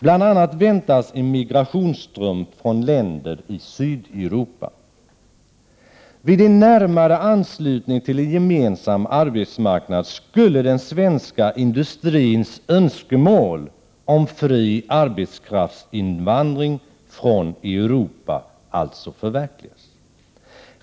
Bl.a. väntas en migrationsström från länder i Sydeuropa. Vid en närmare anslutning till en gemensam arbetsmarknad skulle den svenska industrins önskemål om fri arbetskraftsinvandring från Europa alltså förverkligas.